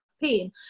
pain